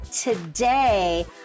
Today